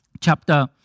chapter